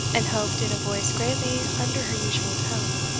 and hoped, in a voice greatly under her usual tone,